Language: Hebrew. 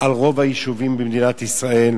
על רוב היישובים במדינת ישראל,